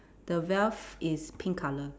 the veil is pink color